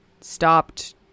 stopped